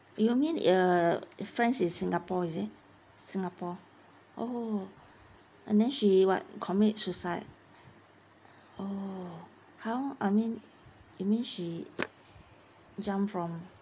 you know mean uh friends in singapore is it singapore oh and then she what commit suicide oh how I mean you mean she ump from